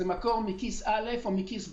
זה מקור מכיס א' או מכיס ב',